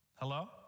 Hello